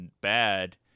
bad